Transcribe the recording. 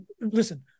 listen